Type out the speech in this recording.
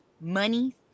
money